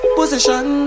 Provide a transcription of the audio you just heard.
position